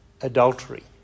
adultery